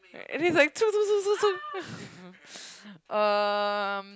right and he's llike um